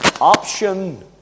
option